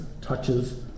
touches